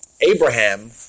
Abraham